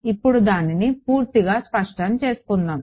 ఇప్పుడు దానిని పూర్తిగా స్పష్టం చేసుకుందాము